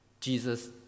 Jesus